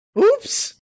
Oops